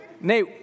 Nate